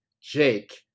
Jake